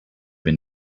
been